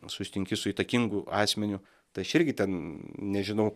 susitinki su įtakingu asmeniu tai aš irgi ten nežinau